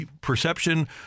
perception